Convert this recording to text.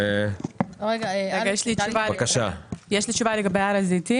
(היו"ר אלכס קירשנר) יש לי תשובה לגבי הר הזיתים.